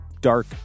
dark